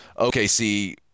OKC